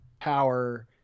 power